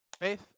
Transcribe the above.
faith